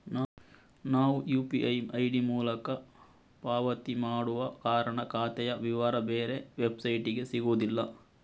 ನಾವು UPI ID ಮೂಲಕ ಪಾವತಿ ಮಾಡುವ ಕಾರಣ ಖಾತೆಯ ವಿವರ ಬೇರೆ ವೆಬ್ಸೈಟಿಗೆ ಸಿಗುದಿಲ್ಲ